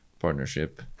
partnership